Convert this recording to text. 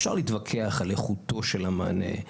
אפשר להתווכח על איכותו של המענה,